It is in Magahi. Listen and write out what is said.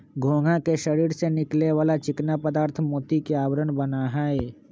घोंघा के शरीर से निकले वाला चिकना पदार्थ मोती के आवरण बना हई